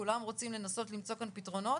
כולם רוצים כאן לנסות למצוא פתרונות,